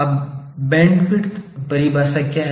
अब बैंडविड्थ परिभाषा क्या है